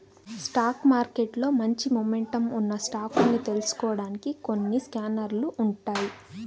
stock మార్కెట్లో మంచి momentum ఉన్న స్టాకుల్ని తెలుసుకోడానికి కొన్ని స్కానర్లు ఉంటాయ్